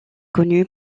connu